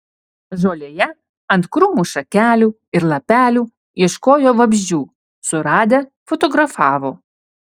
žolėje ant krūmų šakelių ir lapelių ieškojo vabzdžių suradę fotografavo